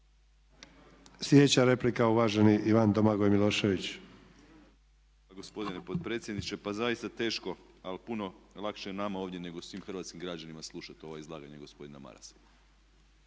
Sljedeća replika uvaženi Ivan Domagoj Milošević.